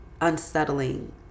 Unsettling